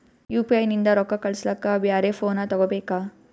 UPI ನಿಂದ ರೊಕ್ಕ ಕಳಸ್ಲಕ ಬ್ಯಾರೆ ಫೋನ ತೋಗೊಬೇಕ?